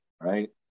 Right